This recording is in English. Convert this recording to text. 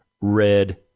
red